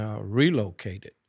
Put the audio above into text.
relocated